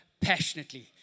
passionately